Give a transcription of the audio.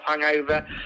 hangover